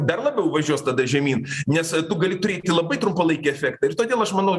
dar labiau važiuos tada žemyn nes tu gali turėti labai trumpalaikį efektą ir todėl aš manau